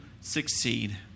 succeed